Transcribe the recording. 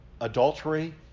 adultery